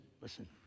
listen